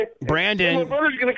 Brandon